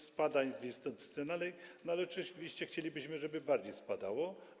Spada w instytucjonalnej, ale oczywiście chcielibyśmy, żeby bardziej spadało.